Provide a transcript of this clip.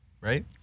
right